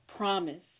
Promise